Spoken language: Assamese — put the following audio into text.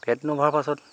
পেট নভৰাৰ পাছত